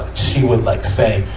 she would like say,